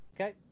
Okay